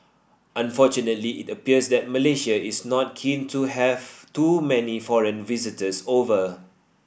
unfortunately it appears that Malaysia is not keen to have too many foreign visitors over